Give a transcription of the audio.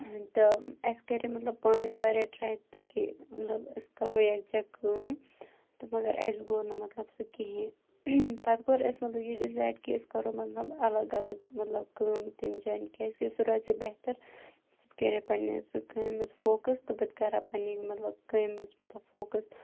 تہٕ اَسہِ کَرے مَطلَب پانہٕ ؤنۍ واریاہ ٹراے تہٕ کہِ مَطلَب أسۍ کَرَو یَکجاہ کٲم تہٕ مَگَر اَسہِ گوٚو نہٕ مَطلَب سُہ کِہیٖنۍ پَتہٕ کوٚر اَسہِ مَطلَب یہِ ڈِسایِڈ کہِ أسۍ کَرو مَطلَب اَلَگ اَلَگ مَطلَب کٲم کیازکہِ سُہ روزِ بہتَر سُہ تہِ کَرِ پَننِس کامہِ مَنٛز فوکَس تہٕ بٕتہِ کَرٕہا پَننہِ مَطلَب کامہِ مَنٛز مَطلَب فوکَس